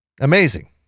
Amazing